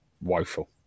woeful